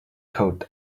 coat